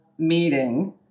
meeting